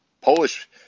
Polish